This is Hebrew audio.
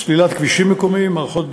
סלילת כבישים מקומיים, מערכות ביוב,